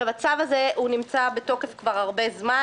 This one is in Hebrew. הצו הזה נמצא בתוקף כבר זמן רב.